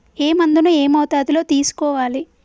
ఏ మందును ఏ మోతాదులో తీసుకోవాలి?